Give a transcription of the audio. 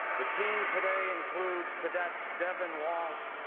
the team today includes cadets devan walsh,